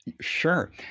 Sure